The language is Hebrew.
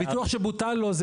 הביטוח שבוטל לו,